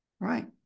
Right